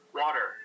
water